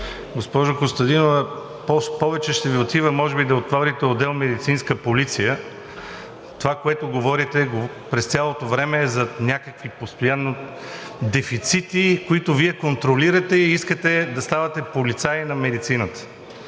госпожо Костадинова, повече ще Ви отива, може би, да отворите отдел „Медицинска полиция“. Това, което говорите през цялото време, е постоянно за някакви дефицити, които Вие контролирате и искате да ставате полицай на медицината.